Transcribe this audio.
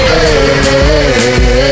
Hey